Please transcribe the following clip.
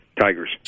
Tigers